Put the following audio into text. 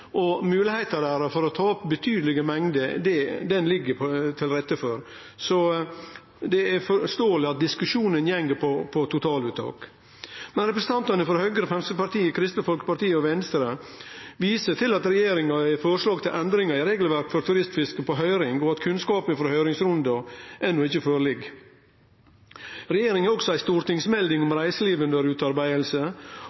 for å ta opp betydelege mengder ligg det til rette for. Så det er forståeleg at diskusjonen handlar om totaluttak. Representantane frå Høgre, Framstegspartiet, Kristeleg Folkeparti og Venstre viser til at regjeringa har forslag til endringar i regelverket for turistfiske på høyring, og at kunnskap frå høyringsrunden enno ikkje ligg føre. Regjeringa har også ei stortingsmelding om